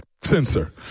sensor